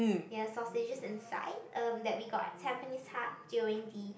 ya sausages inside um that we got at Tampines Hub during the